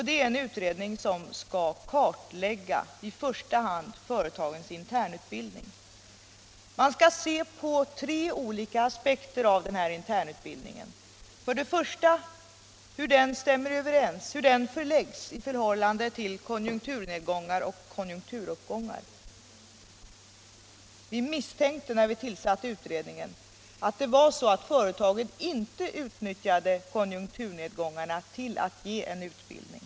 Det är en utredning som skall kartlägga i första hand företagens internutbildning. Man skall se på tre olika aspekter av denna internutbildning. För det första skall man undersöka hur den genomförs i förhållande till konjunkturnedgångar och konjunkturuppgångar. Vi misstänkte när vi tillsatte utredningen att företagen inte utnyttjade konjunkturnedgångarna till att ge utbildning.